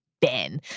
Ben